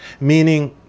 meaning